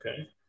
okay